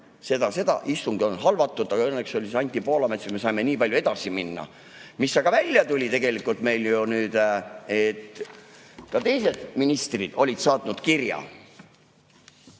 Seda, seda, istung oli halvatud. Aga õnneks oli siin Anti Poolamets, siis me saime nii palju edasi minna. Mis aga välja tuli tegelikult meil ju nüüd? Ka teised ministrid olid saatnud kirja.